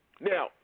Now